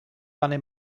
panny